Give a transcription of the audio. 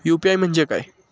UPI म्हणजे काय?